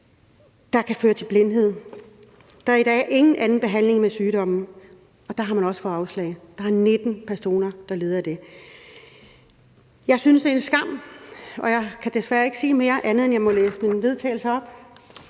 der kan føre til blindhed, og der er i dag ingen anden behandling mod sygdommen, men der har man også fået afslag. Der er 19 personer, der lider af den sygdom. Kl. 10:29 Jeg synes, det er en skam, og jeg kan desværre ikke sige andet, end at jeg kan læse mit forslag til